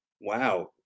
wow